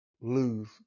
lose